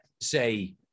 say